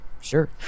Sure